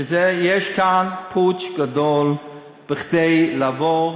שיש כאן פוטש גדול כדי לעבור,